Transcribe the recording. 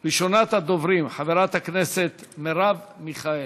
ראשונת הדוברים, חברת הכנסת מרב מיכאלי.